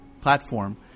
platform